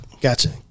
gotcha